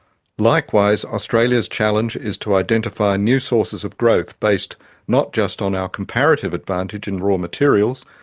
likewise, australia's challenge is to identify and new sources of growth, based not just on our comparative advantage in raw materials,